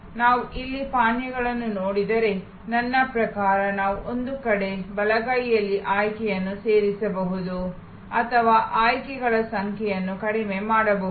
ನಾವು ಇಲ್ಲಿ ಪಾನೀಯಗಳನ್ನು ನೋಡಿದರೆ ನನ್ನ ಪ್ರಕಾರ ನಾವು ಒಂದು ಕಡೆ ಬಲಗೈಯಲ್ಲಿ ಆಯ್ಕೆಗಳನ್ನು ಸೇರಿಸಬಹುದು ಅಥವಾ ಆಯ್ಕೆಗಳ ಸಂಖ್ಯೆಯನ್ನು ಕಡಿಮೆ ಮಾಡಬಹುದು